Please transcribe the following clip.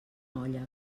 olla